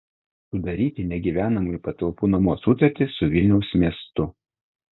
sudaryti negyvenamųjų patalpų nuomos sutartį su vilniaus miestu